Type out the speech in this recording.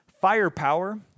Firepower